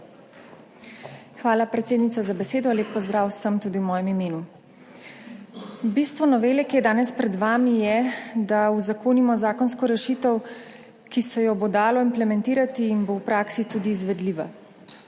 Hvala, predsednica, za besedo. Lep pozdrav vsem tudi v mojem imenu! Bistvo novele, ki je danes pred vami, je, da uzakonimo zakonsko rešitev, ki se jo bo dalo implementirati in bo v praksi tudi izvedljiva.